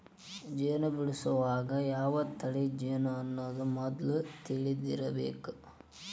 ಜೇನ ಬಿಡಸುವಾಗ ಯಾವ ತಳಿ ಜೇನು ಅನ್ನುದ ಮದ್ಲ ತಿಳದಿರಬೇಕ